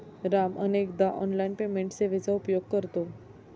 राम अनेकदा online payment सेवेचा उपयोग करतो